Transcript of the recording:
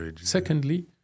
Secondly